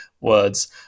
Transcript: Words